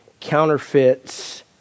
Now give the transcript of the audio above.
counterfeits